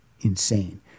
insane